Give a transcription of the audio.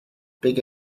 big